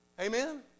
Amen